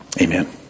Amen